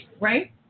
Right